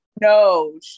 No